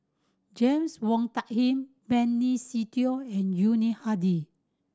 James Wong Tuck Yim Benny Se Teo and Yuni Hadi